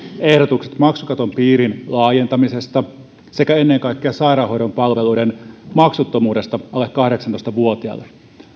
ehdotukset maksukaton piirin laajentamisesta sekä ennen kaikkea sairaanhoidon palveluiden maksuttomuudesta alle kahdeksantoista vuotiaille